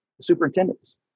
superintendents